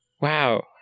Wow